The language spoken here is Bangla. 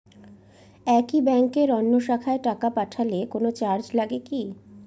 একই ব্যাংকের অন্য শাখায় টাকা পাঠালে কোন চার্জ লাগে কি?